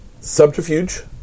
subterfuge